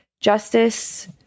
justice